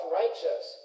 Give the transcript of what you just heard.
righteous